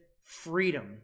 freedom